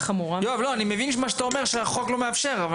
יואב, אני מבין את זה שאתה אומר שהחוק לא מאפשר.